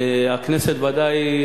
והכנסת בוודאי,